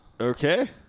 okay